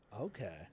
Okay